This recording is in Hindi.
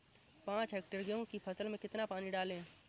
पाँच हेक्टेयर गेहूँ की फसल में कितना पानी डालें?